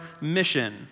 mission